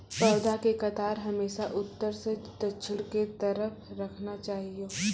पौधा के कतार हमेशा उत्तर सं दक्षिण के तरफ राखना चाहियो